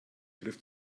griff